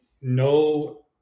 no